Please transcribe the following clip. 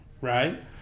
right